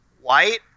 white